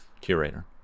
curator